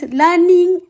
learning